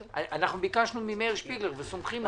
ביקשנו ממאיר שפיגלר, וסומכים עליו.